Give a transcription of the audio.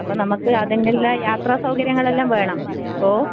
അപ്പം നമുക്ക് അതിനെല്ലാം യാത്ര സൗകര്യങ്ങൾ എല്ലാം വേണം ഓ